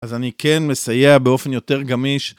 אז אני כן מסייע באופן יותר גמיש.